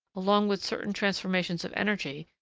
along with certain transformations of energy,